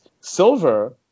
Silver